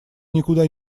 никуда